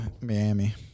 Miami